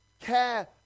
care